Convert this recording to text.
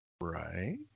Right